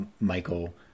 Michael